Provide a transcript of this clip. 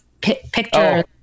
picture